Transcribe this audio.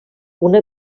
una